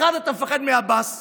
אחד, אתה מפחד מעבאס,